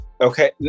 Okay